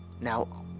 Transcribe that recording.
Now